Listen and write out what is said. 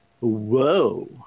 whoa